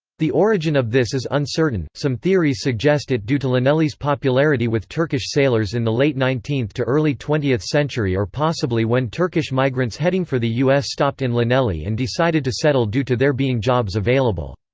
the origin of this is uncertain some theories suggest it due to llanelli's popularity with turkish sailors in the late nineteenth to early twentieth century or possibly when turkish migrants heading for the u s. stopped in llanelli and decided to settle due to there being jobs available.